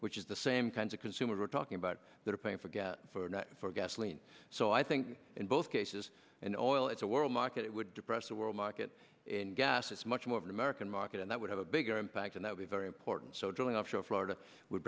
which is the same kinds of consumer we're talking about that are paying for gas for gasoline so i think in both cases unoiled it's a world market it would depress the world market in gas it's much more of an american market and that would have a bigger impact and i would be very important so drilling offshore florida would